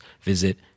visit